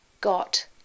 got